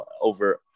over